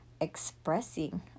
expressing